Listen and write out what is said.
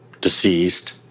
deceased